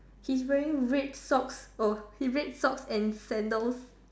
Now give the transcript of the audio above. he's wearing red socks of red socks and sandals